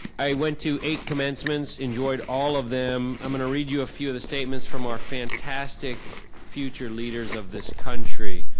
i went to eight commencements, enjoyed all of them. i'm gonna read you a few of the statements from our fantastic future leaders of this country.